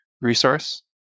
resource